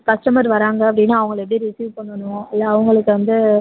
customer வராங்க அப்படின்னா அவங்களை எப்படி ரிஸீவ் பண்ணணும் இல்லை அவங்ககிட்ட வந்து